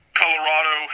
colorado